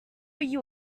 you